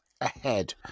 ahead